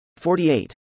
48